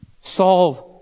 solve